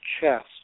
chest